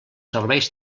serveis